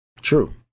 True